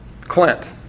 Clint